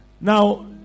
Now